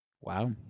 wow